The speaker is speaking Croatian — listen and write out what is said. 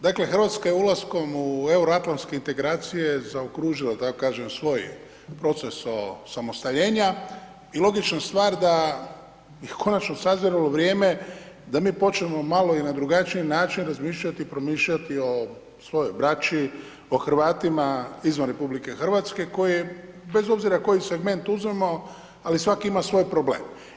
Dakle Hrvatska je ulaskom u euroatlanske integracije zaokružila da tako kažem svoj proces osamostaljenja i logična stvar da je konačno sazrelo vrijeme da mi počnemo malo i na drugačiji način razmišljati i promišljati o svojoj braći, o Hrvatima izvan RH koji bez obzira koji segment uzmemo ali svaki ima svoj problem.